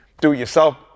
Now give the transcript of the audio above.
do-it-yourself